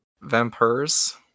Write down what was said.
Vampires